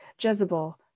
Jezebel